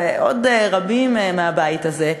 ועוד רבים מהבית הזה,